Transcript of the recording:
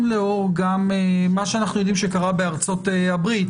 לאור גם מה שאנחנו יודעים מה קרה בארצות הברית,